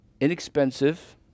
inexpensive